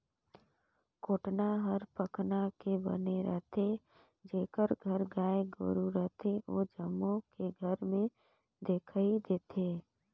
कोटना हर पखना के बने रथे, जेखर घर गाय गोरु रथे ओ जम्मो के घर में दिखइ देथे